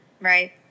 Right